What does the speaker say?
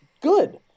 good